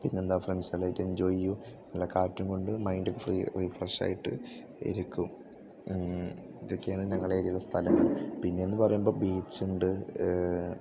പിന്നെന്താണ് ഫ്രണ്ട്സല്ലാമായിട്ട് എൻജോയ് ചെയ്യും നല്ല കാറ്റും കൊണ്ട് മൈൻഡ് ഫ്രീ റീഫ്രഷായിട്ട് ഇരിക്കും ഇതൊക്കെയാണ് ഞങ്ങളെ ഏരിയയിലുള്ള സ്ഥലം പിന്നേന്ന് പറയുമ്പം ബീച്ചുണ്ട്